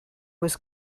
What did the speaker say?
was